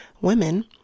Women